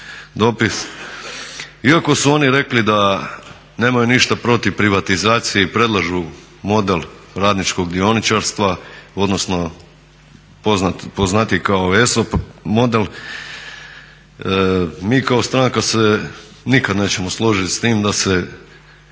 dopis, iako su oni rekli da nemaju ništa protiv privatizacije i predlažu model radničkog dioničarstva, odnosno poznatiji kao ESO model, mi kao stranka se nikad nećemo složit s tim da se